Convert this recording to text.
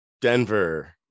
Denver